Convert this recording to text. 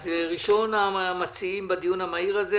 ראשון המציעים בדיון המהיר הזה,